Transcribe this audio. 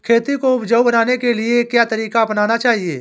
खेती को उपजाऊ बनाने के लिए क्या तरीका अपनाना चाहिए?